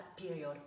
period